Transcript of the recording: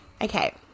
Okay